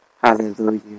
Hallelujah